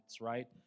right